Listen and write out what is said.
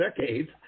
decades